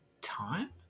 time